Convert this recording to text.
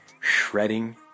shredding